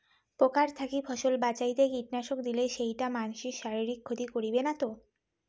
পোকার থাকি ফসল বাঁচাইতে কীটনাশক দিলে সেইটা মানসির শারীরিক ক্ষতি করিবে না তো?